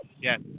Yes